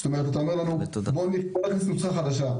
זאת אומרת, אתה אומר לנו: בוא --- נוסחה חדשה.